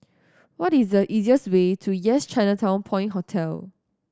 what is the easiest way to Yes Chinatown Point Hotel